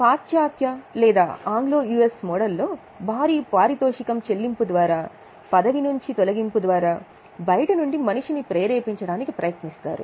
పాశ్చాత్య లేదా Anglo US మోడల్లో భారీ పారితోషికం చెల్లింపు లేదా పదవి నుంచి తొలగింపు ద్వారా బయటి నుండి మనిషిని ప్రేరేపించడానికి ప్రయత్నిస్తారు